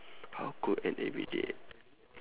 how could an everyday